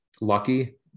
lucky